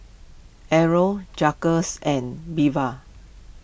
Errol Jagger and Belva